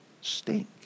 stink